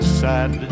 sad